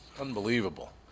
Unbelievable